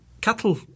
cattle